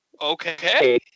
Okay